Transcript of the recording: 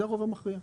זה הרוב המכריע.